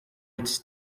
its